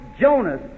Jonas